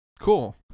Cool